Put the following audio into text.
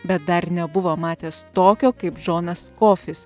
bet dar nebuvo matęs tokio kaip džonas kofis